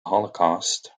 holocaust